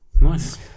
Nice